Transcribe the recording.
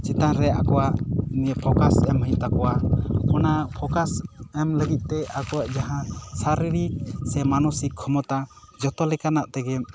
ᱪᱮᱛᱟᱱ ᱟᱠᱚᱭᱟᱜ ᱯᱷᱳᱠᱟᱥ ᱮᱢ ᱦᱩᱭᱩᱜ ᱛᱟᱠᱚᱣᱟ ᱚᱱᱟ ᱯᱷᱳᱠᱟᱥ ᱮᱢ ᱞᱟᱹᱜᱤᱫ ᱛᱮ ᱟᱠᱚᱭᱟᱜ ᱡᱟᱦᱟᱸ ᱥᱟᱨᱤᱨᱤᱠ ᱥᱮ ᱢᱟᱱᱚᱥᱤᱠ ᱠᱷᱚᱢᱚᱛᱟ ᱡᱚᱛᱚ ᱞᱮᱠᱟᱱᱟᱜ ᱛᱮᱜᱮ